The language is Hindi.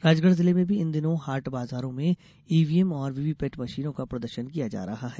राजगढ़ जिले में भी इन दिनों हाट बाजारों में ईवीएम और वीवीपेट मशीनों का प्रदर्शन किया जा रहा है